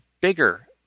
bigger